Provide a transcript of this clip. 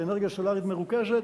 באנרגיה סולרית מרוכזת,